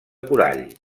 corall